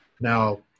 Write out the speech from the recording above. Now